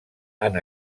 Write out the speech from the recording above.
han